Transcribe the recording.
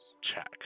check